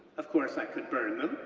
of course, i could burn them,